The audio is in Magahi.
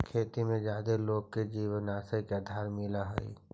खेती में जादे लोगो के जीवनयापन के आधार मिलऽ हई